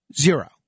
Zero